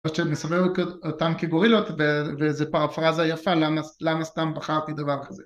זאת אומרת שנסמן אות.. אותם כגורילות וזה פרפרזה יפה למה ס.. למה סתם בחרתי דבר כזה